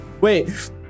Wait